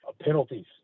penalties